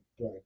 Right